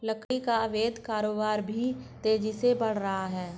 लकड़ी का अवैध कारोबार भी तेजी से बढ़ रहा है